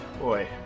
Boy